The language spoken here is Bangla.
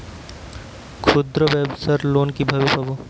ক্ষুদ্রব্যাবসার লোন কিভাবে পাব?